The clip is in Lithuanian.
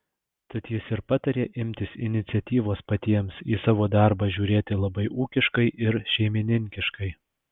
tad jis ir patarė imtis iniciatyvos patiems į savo darbą žiūrėti labai ūkiškai ir šeimininkiškai